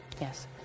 yes